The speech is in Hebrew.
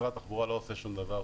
משרד התחבורה לא עושה שום דבר,